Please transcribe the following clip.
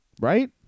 right